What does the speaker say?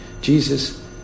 Jesus